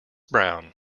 brown